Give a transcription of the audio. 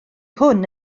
hwn